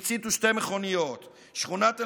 באלות והציתו שתי מכוניות, שכונת אל-מחוול,